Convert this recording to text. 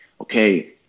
okay